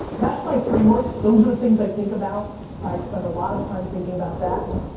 that's my framework. those are the things i think about. i spend a lot of time thinking about that.